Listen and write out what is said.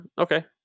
okay